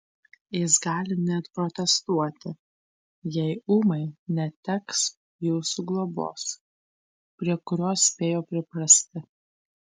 jis gali net protestuoti jei ūmai neteks jūsų globos prie kurios spėjo priprasti